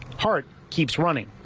hart keeps running.